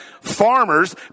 farmers